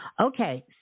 Okay